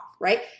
right